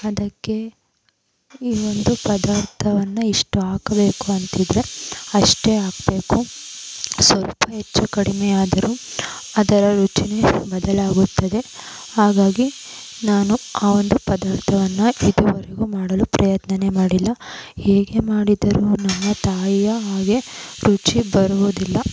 ಅದಕ್ಕೆ ಈ ಒಂದು ಪದಾರ್ಥವನ್ನು ಇಷ್ಟು ಹಾಕಬೇಕು ಅಂತಿದ್ರೆ ಅಷ್ಟೇ ಹಾಕಬೇಕು ಸ್ವಲ್ಪ ಹೆಚ್ಚು ಕಡಿಮೆ ಆದರೂ ಅದರ ರುಚಿನೇ ಬದಲಾಗುತ್ತದೆ ಹಾಗಾಗಿ ನಾನು ಆ ಒಂದು ಪದಾರ್ಥವನ್ನು ಇದುವರೆಗೂ ಮಾಡಲು ಪ್ರಯತ್ನನೇ ಮಾಡಿಲ್ಲ ಹೇಗೆ ಮಾಡಿದರು ನಮ್ಮ ತಾಯಿಯ ಹಾಗೆ ರುಚಿ ಬರುವುದಿಲ್ಲ